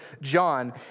John